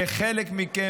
שחלק מכם,